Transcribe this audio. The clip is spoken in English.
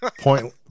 point